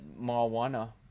marijuana